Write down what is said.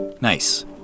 nice